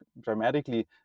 dramatically